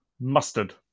Mustard